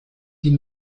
die